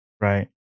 Right